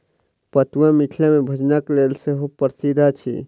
पटुआ मिथिला मे भोजनक लेल सेहो प्रसिद्ध अछि